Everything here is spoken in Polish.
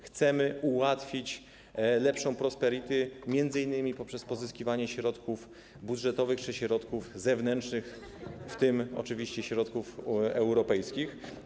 Chcemy im ułatwić prosperity, m.in. poprzez pozyskiwanie środków budżetowych czy środków zewnętrznych, w tym oczywiście europejskich.